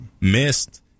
missed